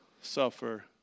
suffer